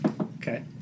okay